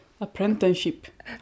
Apprenticeship